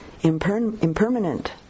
Impermanent